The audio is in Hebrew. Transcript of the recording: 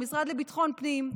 המשרד לביטחון הפנים,